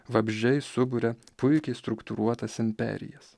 vabzdžiai suburia puikiai struktūruotas imperijas